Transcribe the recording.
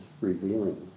revealing